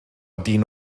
dyn